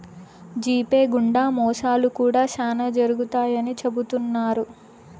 GPay గుండా మోసాలు కూడా శ్యానా జరుగుతాయని చెబుతున్నారు